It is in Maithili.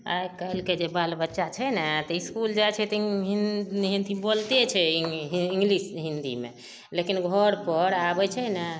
आइ काल्हिके जे बाल बच्चा छै ने तऽ इसकुल जाइ छै तऽ हिं हिं हिन्दी बोलते छै इंग इंग्लिश हिन्दीमे लेकिन घरपर आबै छै ने